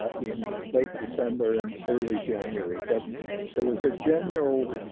ah in late december and early january, but there was a general